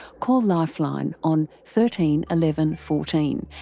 call lifeline on thirteen eleven fourteen,